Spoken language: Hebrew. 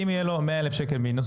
אם יהיה לו 100,000 שקל מינוס,